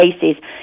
cases